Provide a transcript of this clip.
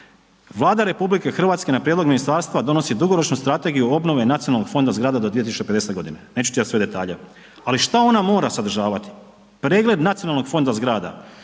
Vlada RH na prijedlog ministarstva donosi dugoročnu strategiju obnove nacionalnog fonda zgrada do 2050.g., neću čitat sve detalje, ali šta ona mora sadržavati, pregled nacionalnog fonda zgrada,